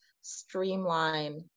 streamline